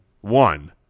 one